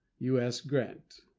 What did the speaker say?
u s. grant.